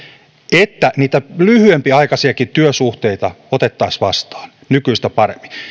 että niitä lyhyempiaikaisiakin työsuhteita otettaisiin vastaan nykyistä paremmin